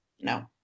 no